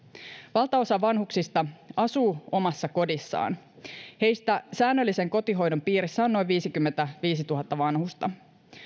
valtaosa vanhuksista asuu omassa kodissaan heistä säännöllisen kotihoidon piirissä on noin viisikymmentäviisituhatta vanhusta